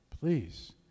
please